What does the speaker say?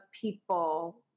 people